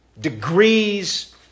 Degrees